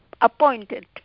appointed